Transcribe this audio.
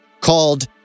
called